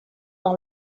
dans